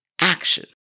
action